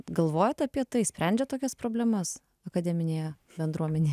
galvojat apie tai sprendžiat tokias problemas akademinėje bendruomenėj